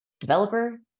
developer